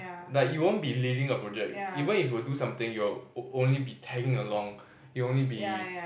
like you won't be leading a project even if you do something you you'll only be tagging along you only be